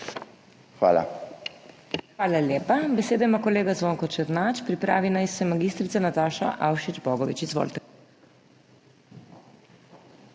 HOT:** Hvala lepa. Besedo ima kolega Zvonko Černač, pripravi naj se mag. Nataša Avšič Bogovič. Izvolite.